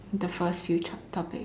in the first future topic